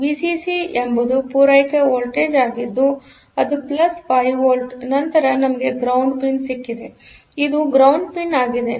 ವಿಸಿಸಿಎಂಬುದು ಪೂರೈಕೆ ವೋಲ್ಟೇಜ್ ಆಗಿದ್ದು ಅದುಪ್ಲಸ್ 5 ವೋಲ್ಟ್ ನಂತರ ನಮಗೆ ಗ್ರೌಂಡ್ ಪಿನ್20 ಸಿಕ್ಕಿದೆಇದು ಗ್ರೌಂಡ್ ಪಿನ್ ಆಗಿದೆ